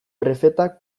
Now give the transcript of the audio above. prefetak